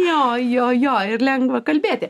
jo jo jo ir lengva kalbėti